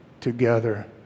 together